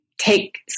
take